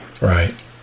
right